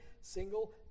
single